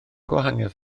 gwahaniaeth